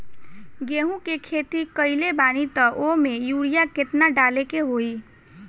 गेहूं के खेती कइले बानी त वो में युरिया केतना डाले के होई?